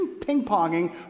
ping-ponging